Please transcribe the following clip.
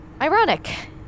Ironic